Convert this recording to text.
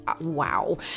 Wow